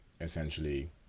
essentially